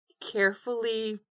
carefully